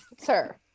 sir